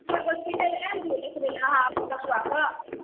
hospital आयल रहियै देखबै लए अपन बचबा कऽ